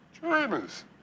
dreamers